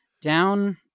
Down